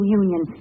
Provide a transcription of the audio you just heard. union